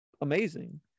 amazing